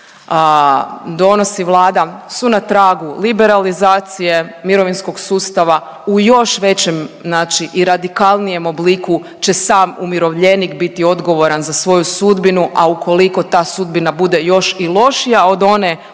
ovdje donosi Vlada su na tragu liberalizacije mirovinskog sustava u još većem znači i radikalnijem obliku će sam umirovljenik biti odgovoran za svoju sudbinu, a ukoliko ta sudbina bude još i lošija od one